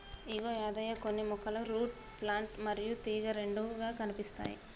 ఇగో యాదయ్య కొన్ని మొక్కలు root plant మరియు తీగ రెండుగా కనిపిస్తాయి